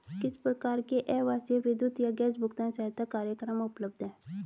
किस प्रकार के आवासीय विद्युत या गैस भुगतान सहायता कार्यक्रम उपलब्ध हैं?